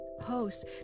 host